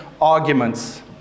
arguments